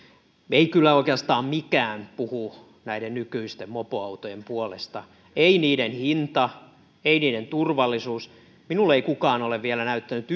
ei kyllä oikeastaan mikään puhu näiden nykyisten mopoautojen puolesta ei niiden hinta ei niiden turvallisuus minulle ei kukaan ole vielä näyttänyt